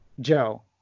Joe